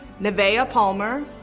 neveah palmer,